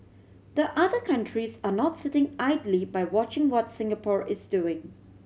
the other countries are not sitting idly by watching what Singapore is doing